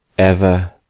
ever